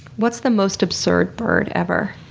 what's the most absurd bird ever?